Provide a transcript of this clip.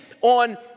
on